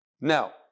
Now